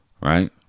right